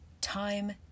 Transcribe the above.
time